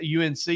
UNC